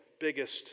biggest